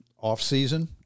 off-season